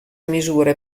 misure